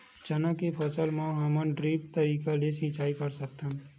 चना के फसल म का हमन ड्रिप तरीका ले सिचाई कर सकत हन?